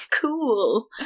cool